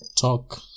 talk